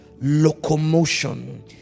locomotion